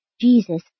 Jesus